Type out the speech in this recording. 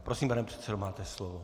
Prosím, pane předsedo, máte slovo.